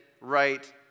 right